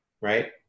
right